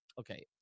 okay